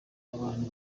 abantu